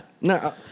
No